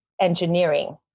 engineering